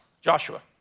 Joshua